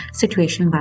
situation